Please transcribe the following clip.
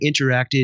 interacted